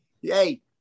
Yay